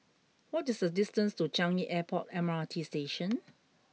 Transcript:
what is the distance to Changi Airport M R T Station